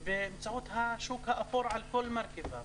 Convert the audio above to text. באמצעות השוק האפור על כל מרכיביו.